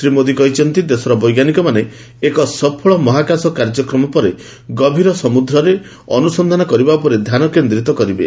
ଶ୍ରୀ ମୋଦି କହିଛନ୍ତି ଦେଶର ବୈଜ୍ଞାନିକମାନେ ଏକ ସଫଳ ମହାକାଶ କାର୍ଯକ୍ରମ ପରେ ଗଭୀର ସମୁଦ୍ରରେ ଅନୁସଂଧାନ କରିବା ଉପରେ ଧ୍ୟାନ କେନ୍ଦ୍ରିତ କରିବେ